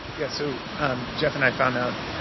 yeah, so jeff and i found out,